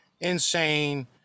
insane